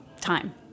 time